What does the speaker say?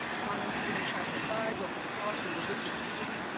commenting in chapter five of the cross and the lynching tree,